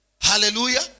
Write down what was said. Hallelujah